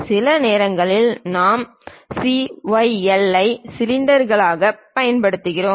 சில நேரங்களில் நாம் CYL ஐ சிலிண்டர்களாகப் பயன்படுத்துகிறோம்